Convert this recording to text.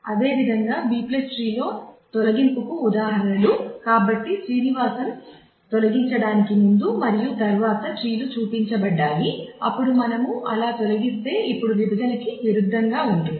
అదేవిధంగా B tree లో తొలగింపుకు ఉదాహరణలు కాబట్టి శ్రీనివాసన్ తొలగించడానికి ముందు మరియు తరువాత ట్రీలు చూపించబడ్దాయి అప్పుడు మనము అలా తొలగిస్తే ఇప్పుడు విభజనకు విరుద్ధంగా ఉంటుంది